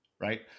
right